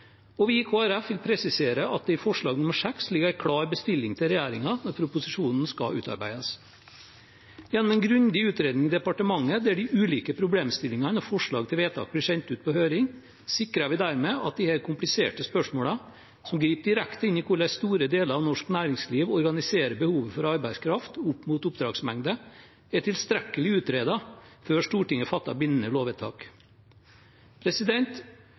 belyst. Vi i Kristelig Folkeparti vil presisere at det i forslag nr. 6 ligger en klar bestilling til regjeringen når proposisjonen skal utarbeides. Gjennom en grundig utredning i departementet, der de ulike problemstillingene og forslag til vedtak blir sendt ut på høring, sikrer vi dermed at disse kompliserte spørsmålene, som griper direkte inn i hvordan store deler av norsk næringsliv organiserer behovet for arbeidskraft opp mot oppdragsmengde, er tilstrekkelig utredet før Stortinget fatter bindende lovvedtak.